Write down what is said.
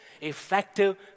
effective